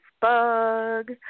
bug